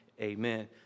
amen